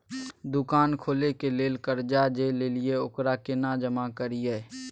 दुकान खोले के लेल कर्जा जे ललिए ओकरा केना जमा करिए?